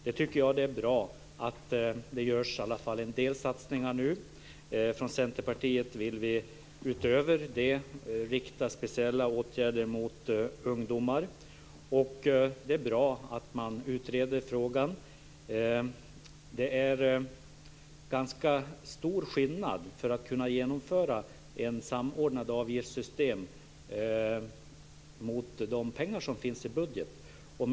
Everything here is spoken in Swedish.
Jag tycker att det är bra att det i alla fall görs en del satsningar nu. Vi från Centerpartiet vill utöver detta rikta speciella åtgärder till ungdomar. Det är bra att man utreder frågan. När det gäller att genomföra ett samordnat avgiftssystem så är det ganska stor skillnad när det gäller hur mycket pengar som finns i budgeten.